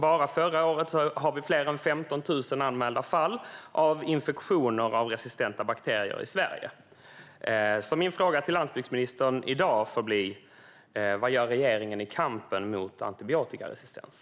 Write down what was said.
Bara förra året var fler än 15 000 anmälda fall av infektioner i Sverige orsakade av resistenta bakterier. Min fråga till landsbygdsministern i dag blir: Vad gör regeringen i kampen mot antibiotikaresistens?